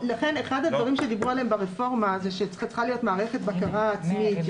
לכן אחד הדברים עליהם דיברו ברפורמה הוא שצריכה להיות מערכת בקרה עצמית.